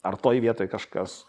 ar toj vietoj kažkas